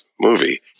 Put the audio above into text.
movie